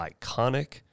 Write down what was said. iconic